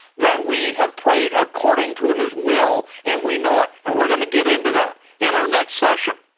that we have prayed according to his will, and we know it. and we're gonna get into that in our next session.